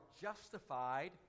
justified